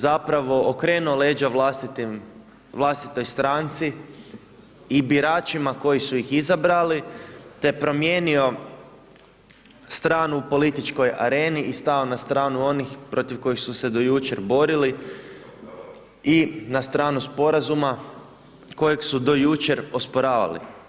Zapravo, okrenuo leđa vlastitoj stranci i biračima koji su ih izabrali te promijenio stanu u političkoj areni i stao na stranu onih protiv kojih su se do jučer borili i na stanu sporazuma kojeg su do jučer osporavali.